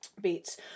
beats